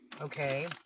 Okay